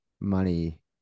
money